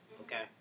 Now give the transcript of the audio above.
Okay